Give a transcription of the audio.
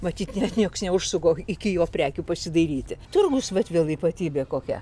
matyt nes nieks neužsuko iki jo prekių pasidairyti turgus vat vėl ypatybė kokia